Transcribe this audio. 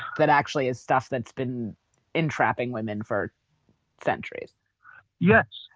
that actually is stuff that's been entrapping women for centuries yes.